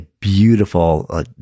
beautiful